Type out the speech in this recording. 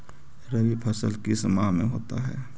रवि फसल किस माह में होता है?